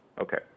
Okay